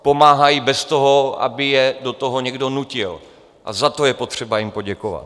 Pomáhají bez toho, aby je do toho někdo nutil, a za to je potřeba jim poděkovat.